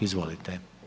Izvolite.